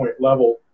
level